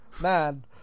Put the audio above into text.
Man